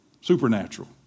Supernatural